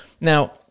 Now